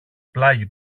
πλάγι